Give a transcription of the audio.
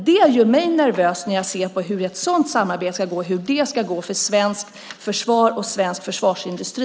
Det gör mig nervös när jag tänker på hur ett sådant samarbete ska gå och hur det ska gå för svenskt försvar och svensk försvarsindustri.